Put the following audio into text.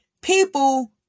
people